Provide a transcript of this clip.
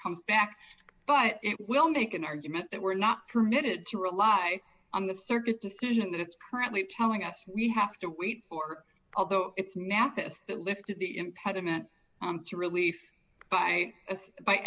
comes back but it will make an argument that we're not permitted to rely on the circuit decision that it's currently telling us we have to wait for although it's not this that lifted the impediment to rel